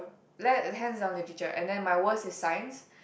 like hands on literature and then my worst is science